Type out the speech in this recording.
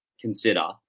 consider